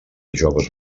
joves